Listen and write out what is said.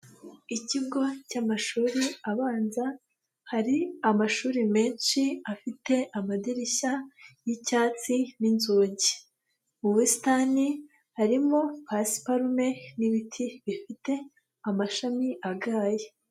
Ikigo cy'amashuri abanza hari amashuri menshi afite amadirishya y'icyatsi n'inzugi, mu busitani harimo pasiparume n'ibiti bifite amashami agaye.